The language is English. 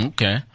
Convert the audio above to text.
Okay